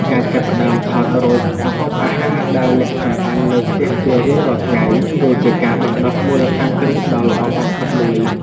ការចាប់ផ្តើមថតរូបម្ហូបអាហារដែលអ្នកចម្អិននៅផ្ទះជារៀងរាល់ថ្ងៃ គឺជាការបណ្តុះមូលដ្ឋានគ្រឹះដ៏ល្អបំផុតមួយ។